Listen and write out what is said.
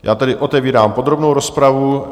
Já tedy otevírám podrobnou rozpravu.